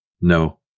No